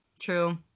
true